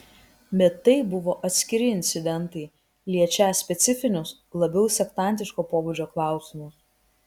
bet tai buvo atskiri incidentai liečią specifinius labiau sektantiško pobūdžio klausimus